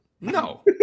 No